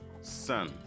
son